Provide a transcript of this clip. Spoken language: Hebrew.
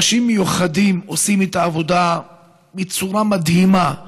אנשים מיוחדים, עושים את העבודה בצורה מדהימה.